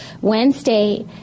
Wednesday